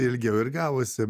ilgiau ir gavosi